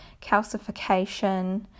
calcification